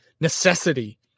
necessity